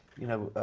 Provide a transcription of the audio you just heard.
you know.